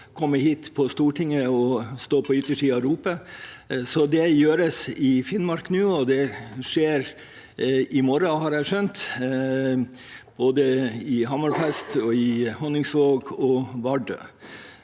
komme hit til Stortinget og stå på utsiden og rope, så det gjøres i Finnmark nå. Det skjer i morgen, har jeg skjønt. Det er i Hammerfest, Honningsvåg og Vardø.